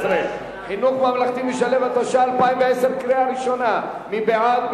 13) (חינוך ממלכתי משלב), התש"ע 2010. מי בעד?